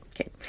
Okay